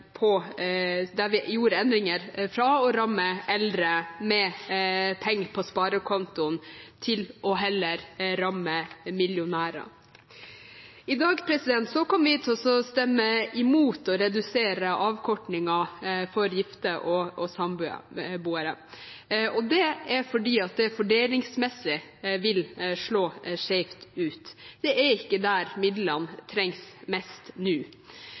å ramme millionærer. I dag kommer vi til å stemme imot å redusere avkortningen for gifte og samboere. Det er fordi det fordelingsmessig vil slå skjevt ut. Det er ikke der midlene trengs mest nå.